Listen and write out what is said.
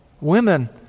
Women